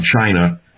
China